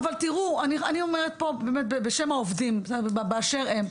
תראו, אני אומרת פה, באמת, בשם העובדים באשר הם.